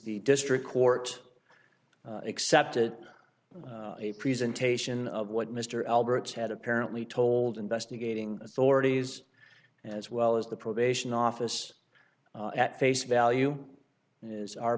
the district court accepted a presentation of what mr alberts had apparently told investigating authorities as well as the probation office at face value that is our